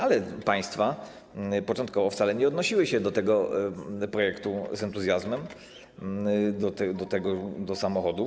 Ale państwa początkowo wcale nie odnosiły się do tego projektu z entuzjazmem, do samochodów.